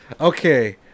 okay